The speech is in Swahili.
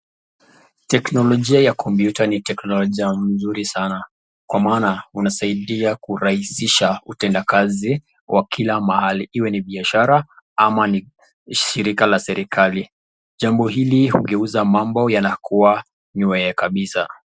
(cs)Teknologia ya kompyuta(cs) ni (cs) teknologia(cs) mzuri sana kwa maana, unasaidia kurahisisha utendakazi wa kila mahali iwe ni biashara ama shirika la serikali. Jambo hili, hugeuza mambo yanakuwa shwari kabisa .